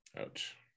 Ouch